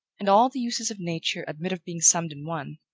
and all the uses of nature admit of being summed in one,